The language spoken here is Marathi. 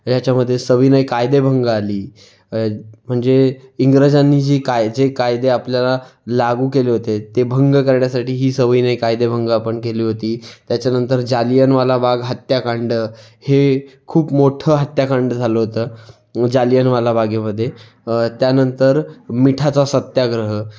याच्यामध्ये सविनय कायदेभंग आली म्हणजे इंग्रजांनी जी काय जे कायदे आपल्याला लागू केले होते ते भंग करण्यासाठी ही सविनय कायदेभंग आपण केली होती त्याच्यानंतर जालियनवाला बाग हत्याकांड हे खूप मोठं हत्याकांड झालं होतं जालियनवाला बागेमध्ये त्यानंतर मिठाचा सत्याग्रह